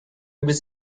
was